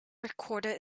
recorded